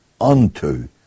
unto